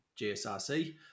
GSRC